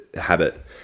habit